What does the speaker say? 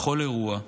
בכל אירוע,